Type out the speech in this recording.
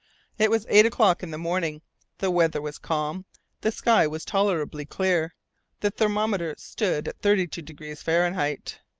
it was eight o'clock in the morning the weather was calm the sky was tolerably clear the thermometer stood at thirty-two degrees fahrenheit.